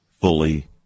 fully